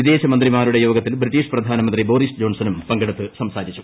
വിദേശമന്ത്രിമാരുടെ യോഗത്തിൽ ബ്രിട്ടീഷ് പ്രധാനമന്ത്രി ബോറിസ് ജോൺസണും പങ്കെടുത്ത് സംസാരിച്ചു